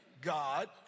God